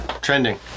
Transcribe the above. Trending